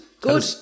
Good